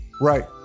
right